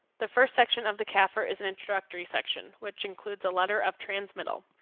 the first section of the cafr is an introductory section which includes a letter of transmittal.